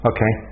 Okay